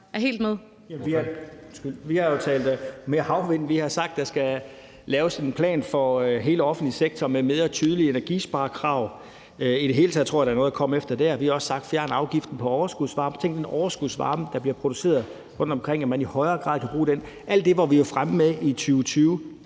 mere havvind. Vi har sagt, at der skal laves en plan for hele den offentlige sektor med mere tydelige energisparekrav; i det hele taget tror jeg der er noget at komme efter dér. Vi har også sagt, at man skal fjerne afgiften på overskudsvarme, så man i højere grad kan bruge den overskudsvarme, der bliver produceret rundtomkring. Alt det var vi jo fremme med i 2020.